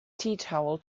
teatowel